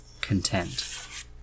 content